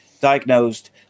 diagnosed